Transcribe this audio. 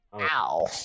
Ow